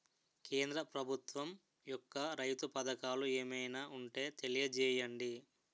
కేంద్ర ప్రభుత్వం యెక్క రైతు పథకాలు ఏమైనా ఉంటే తెలియజేయండి?